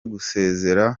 gusezera